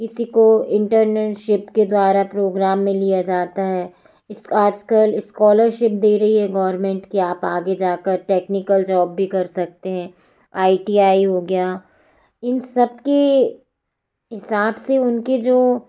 किसी को internet sheet के द्वारा प्रोग्राम में लिया जाता है आजकल स्कालरशिप दे रही है गोरमेंट कि आप आगे जाकर टेक्निकल जॉब भी कर सकते हैं आई टी आई हो गया इन सबकी हिसाब से उनकी जो